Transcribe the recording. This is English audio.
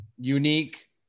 unique